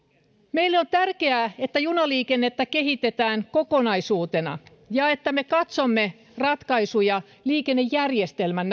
meille on tärkeää että junaliikennettä kehitetään kokonaisuutena ja että me katsomme ratkaisuja liikennejärjestelmän